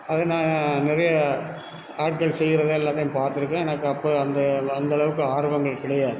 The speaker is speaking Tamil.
அதை நான் நிறையா ஆட்கள் செய்கிறத எல்லாத்தையும் பாத்திருக்கேன் எனக்கு அப்போ அந்த அந்தளவுக்கு ஆர்வங்கள் கிடையாது